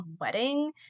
wedding